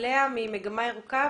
לאה ממגה ירוקה,